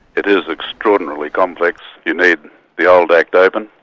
it is extraordinarily complex. you need the old act open,